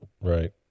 Right